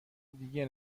دیگه